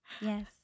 Yes